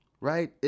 right